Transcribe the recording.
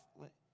Let